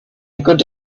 good